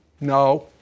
No